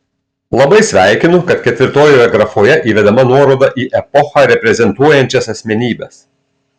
labai sveikinu kad ketvirtojoje grafoje įvedama nuoroda į epochą reprezentuojančias asmenybes